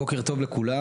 בוקר טוב לכולם,